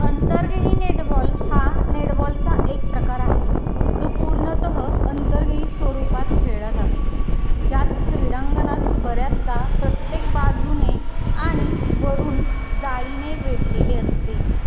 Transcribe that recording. अंतर्गही netball हा नेटबॉलचा एक प्रकार आहे जो पूर्णत अंतर्गही स्वरूपात खेळला जातो ज्यात क्रीडांगणास बऱ्याचदा प्रत्येक बाजूने आणि वरून जाळीने वेढलेले असते